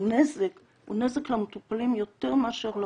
הנזק הוא נזק למטופלים יותר מאשר לרופאים,